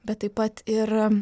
bet taip pat ir